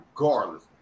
regardless